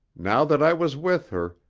now that i was with her,